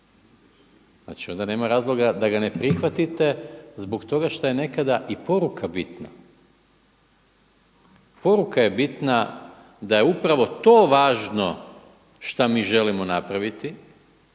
Znači onda nema razloga da ga ne prihvatite zbog toga što je nekada i poruka bitna. Poruka je bitna da je upravo to važno šta mi želimo napraviti,